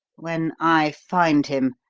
when i find him,